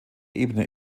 ebene